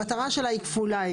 המטרה שלה היא כפולה,